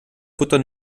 futter